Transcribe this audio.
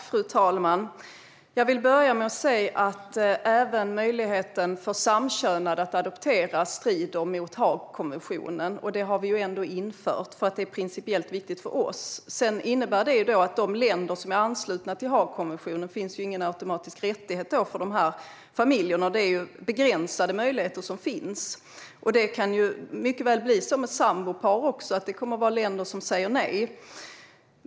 Fru talman! Jag vill börja med att säga att även möjligheten för samkönade att adoptera strider mot Haagkonventionen. Det har vi ändå infört för att det är principiellt viktigt för oss. Sedan innebär det att i de länder som är ansluta till Haagkonventionen finns det inte någon automatiskt rättighet för de familjerna. Det är begränsade möjligheter som finns. Det kan mycket väl bli så också med sambopar. Det kommer att vara länder som säger nej.